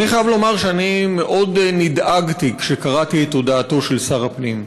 אני חייב לומר שאני מאוד נדאגתי כשקראתי את הודעתו של שר הפנים,